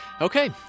okay